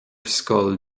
scoil